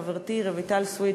חברתי רויטל סויד,